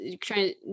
trying